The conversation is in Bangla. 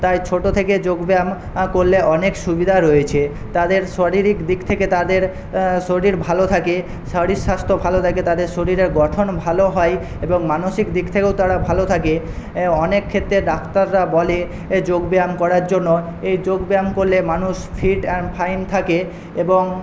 তাই ছোটো থেকে যোগব্যায়াম করলে অনেক সুবিধা রয়েছে তাদের শারীরিক দিক থেকে তাদের শরীর ভালো থাকে শরীর স্বাস্থ্য ভালো থাকে তাদের শরীরের গঠন ভালো হয় এবং মানসিক দিক থেকেও তারা ভালো থাকে অনেক ক্ষেত্রে ডাক্তাররা বলে যোগব্যায়াম করার জন্য এই যোগব্যায়াম করলে মানুষ ফিট অ্যান্ড ফাইন থাকে এবং